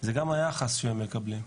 זה גם היחס שהם מקבלים.